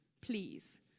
please